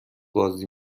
بازی